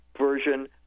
Version